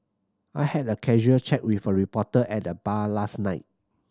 I had a casual chat with a reporter at the bar last night